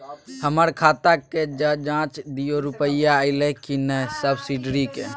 हमर खाता के ज जॉंच दियो रुपिया अइलै की नय सब्सिडी के?